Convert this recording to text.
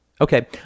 Okay